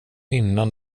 innan